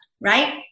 right